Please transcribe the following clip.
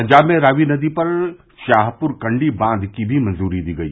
पंजाब में रावी नदी पर शाहपुरकंडी बांध की भी मंजूरी दी गई